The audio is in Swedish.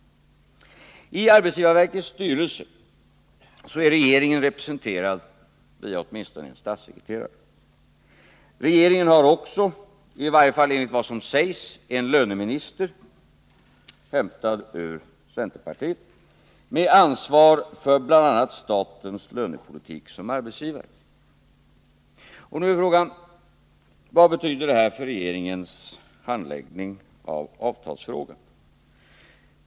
I arbetsgivarverkets styrelse är regeringen representerad via åtminstone en statssekreterare. Regeringen har också, i varje fall enligt vad som sägs, en löneminister, hämtad ur centerpartiet, med ansvar för bl.a. statens lönepolitik som arbetsgivare. Nu är frågan: Vad betyder detta för regeringens handläggning av avtalsfrågorna?